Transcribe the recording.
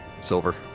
silver